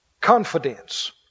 Confidence